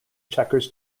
checkers